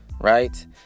right